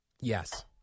Yes